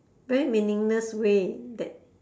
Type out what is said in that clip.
very meaningless way that